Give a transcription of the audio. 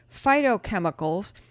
phytochemicals